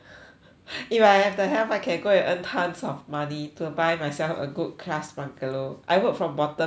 if I have the health I can go and earn tons of money to buy myself a good class bungalow I work from bottoms up